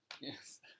yes